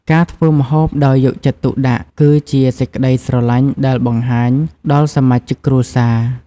ការធ្វើម្ហូបដោយយកចិត្តទុកដាក់ គឺជាសេចក្ដីស្រលាញ់ដែលបង្ហាញដល់សមាជិកគ្រួសារ។